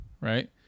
right